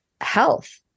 health